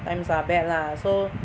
times are bad lah so